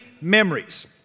memories